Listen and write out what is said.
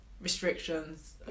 restrictions